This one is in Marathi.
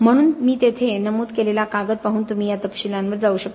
म्हणून मी तेथे नमूद केलेला कागद पाहून तुम्ही या तपशीलांवर जाऊ शकता